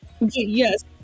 yes